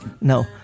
no